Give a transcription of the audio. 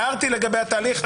הערתי לגבי התהליך.